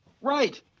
Right